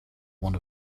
one